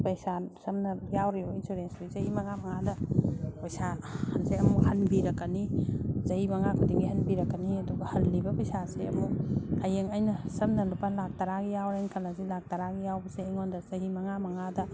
ꯄꯩꯁꯥ ꯁꯝꯅ ꯌꯥꯎꯔꯤꯕ ꯏꯟꯁꯨꯔꯦꯟꯁꯇꯨ ꯆꯍꯤ ꯃꯉꯥ ꯃꯉꯥꯗ ꯄꯩꯁꯥꯁꯦ ꯑꯃꯨꯛ ꯍꯟꯕꯤꯔꯛꯀꯅꯤ ꯆꯍꯤ ꯃꯉꯥ ꯈꯨꯗꯤꯡꯒꯤ ꯍꯟꯕꯤꯔꯛꯀꯅꯤ ꯑꯗꯨꯒ ꯍꯜꯂꯤꯕ ꯄꯩꯁꯥꯁꯦ ꯑꯃꯨꯛ ꯍꯌꯦꯡ ꯑꯩꯅ ꯁꯝꯅ ꯂꯨꯄꯥ ꯂꯥꯛ ꯇꯔꯥꯒꯤ ꯌꯥꯎꯔꯦꯅ ꯈꯜꯂꯁꯤ ꯂꯥꯛ ꯇꯔꯥꯒꯤ ꯌꯥꯎꯕꯁꯦ ꯑꯩꯉꯣꯟꯗ ꯆꯍꯤ ꯃꯉꯥ ꯃꯉꯥꯗ